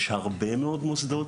יש הרבה מאוד מוסדות.